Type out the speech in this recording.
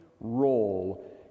role